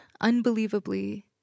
unbelievably